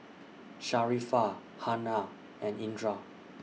Sharifah Hana and Indra